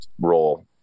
role